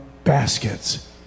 baskets